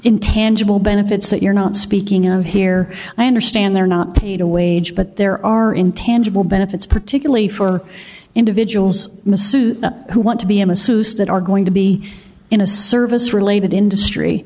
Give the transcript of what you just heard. intangible benefits that you're not speaking of here i understand they're not paid a wage but there are intangible benefits particularly for individuals masoud who want to be in a soused that are going to be in a service related industry